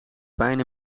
pijn